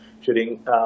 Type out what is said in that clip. shooting